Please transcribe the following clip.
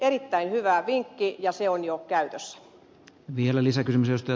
erittäin hyvä vinkki ja se on jo käytössä